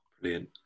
Brilliant